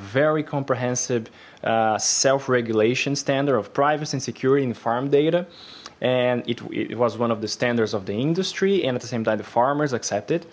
very comprehensive self regulation standard of privacy and security in farm data and it was one of the standards of the industry and at the same time the farmers accepted